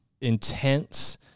intense